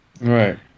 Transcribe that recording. right